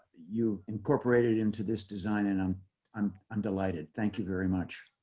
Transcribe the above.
you incorporated into this design and i'm um um delighted. thank you very much.